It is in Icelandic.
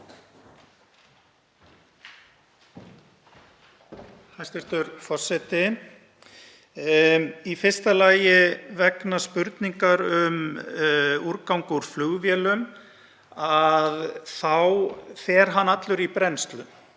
Hæstv. forseti. Í fyrsta lagi vegna spurningar um úrgang úr flugvélum þá fer hann allur í brennslu